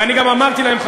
ואני גם אמרתי להם,